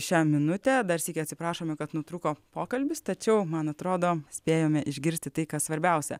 šią minutę dar sykį atsiprašome kad nutrūko pokalbis tačiau man atrodo spėjome išgirsti tai kas svarbiausia